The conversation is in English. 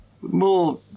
more